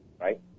right